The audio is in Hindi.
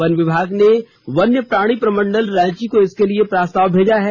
वन विभाग ने वन्य प्राणी प्रमंडल रांची को इसके लिये प्रस्ताव भेजा है